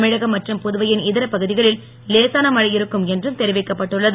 தமிழகம் மற்றும் புதுவையின் இதர பகுதிகளில் லேசான மழை இருக்கும் என்றும் தெரிவிக்கப் பட்டுள்ளது